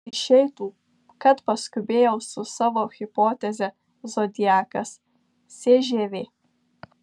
išeitų kad paskubėjau su savo hipoteze zodiakas cžv